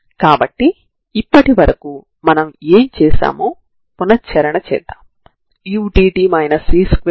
కాబట్టి లైన్ యొక్క సమీకరణం t0 tt0c t0 అవుతుంది